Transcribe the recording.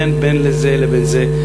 אין בין זה לבין זה,